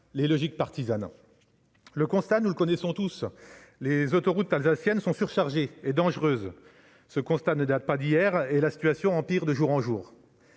les logiques partisanes. Nous connaissons tous la situation : les autoroutes alsaciennes sont surchargées et dangereuses. Ce constat ne date pas d'hier, et la situation empire de jour en jour